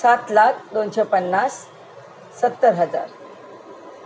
सात लाख दोनशे पन्नास सत्तर हजार